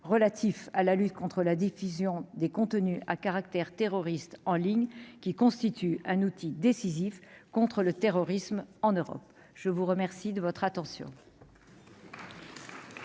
relatif à la lutte contre la diffusion des contenus à caractère terroriste en ligne qui constitue un outil décisif contre le terrorisme en Europe, je vous remercie de votre attention.